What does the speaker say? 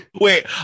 wait